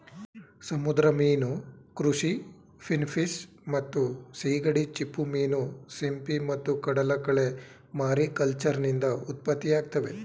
ಸಮುದ್ರ ಮೀನು ಕೃಷಿ ಫಿನ್ಫಿಶ್ ಮತ್ತು ಸೀಗಡಿ ಚಿಪ್ಪುಮೀನು ಸಿಂಪಿ ಮತ್ತು ಕಡಲಕಳೆ ಮಾರಿಕಲ್ಚರ್ನಿಂದ ಉತ್ಪತ್ತಿಯಾಗ್ತವೆ